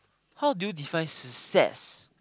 how do you define success